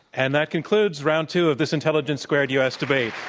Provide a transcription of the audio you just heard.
and that concludes round two of this intelligence squared u. s. debate.